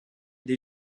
les